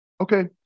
Okay